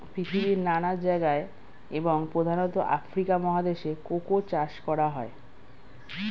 পৃথিবীর নানা জায়গায় এবং প্রধানত আফ্রিকা মহাদেশে কোকো চাষ করা হয়